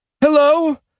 Hello